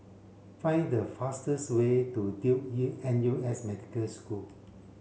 find the fastest way to Duke N U S Medical School